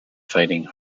fighting